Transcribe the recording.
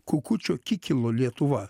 kukučio kikilo lietuva